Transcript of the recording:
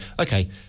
Okay